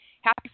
Happy